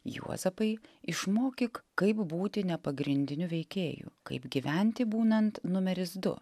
juozapai išmokyk kaip būti nepagrindinių veikėjų kaip gyventi būnant numeris du